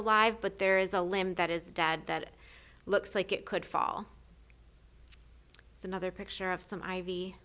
alive but there is a limb that is dad that looks like it could fall it's another picture of some i